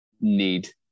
need